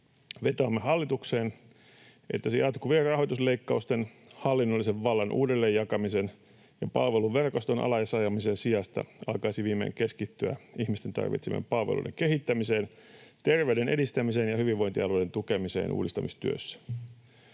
Vetoamme hallitukseen, että se jatkuvien rahoitusleikkausten, hallinnollisen vallan uudelleen jakamisen ja palveluverkoston alasajamisen sijasta alkaisi viimein keskittyä ihmisten tarvitsemien palveluiden kehittämiseen, terveyden edistämiseen ja hyvinvointialueiden tukemiseen uudistamistyössä.